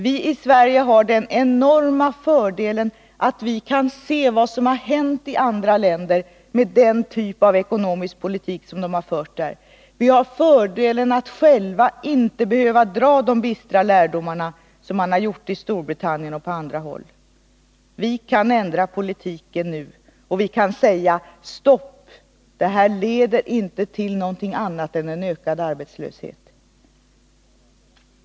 Vi i Sverige har den enorma fördelen att vi kan se vad som har hänt i andra länder med den typ av ekonomisk politik som de har fört där. Vi har fördelen att inte själva behöva dra de bistra lärdomarna som man har gjort i Storbritannien och på andra håll. Vi kan ändra politiken nu och säga: Stopp! Det här leder inte till något annat än ökad arbetslöshet.